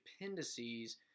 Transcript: appendices